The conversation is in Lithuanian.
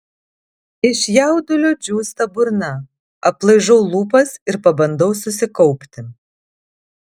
iš jaudulio džiūsta burna aplaižau lūpas ir pabandau susikaupti